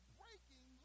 breaking